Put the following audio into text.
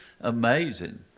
amazing